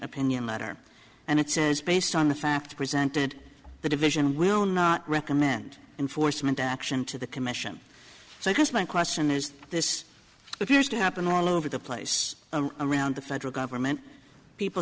opinion letter and it says be just on the facts presented the division will not recommend enforcement action to the commission so i guess my question is this appears to happen all over the place around the federal government people